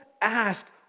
ask